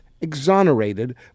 exonerated